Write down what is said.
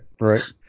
Right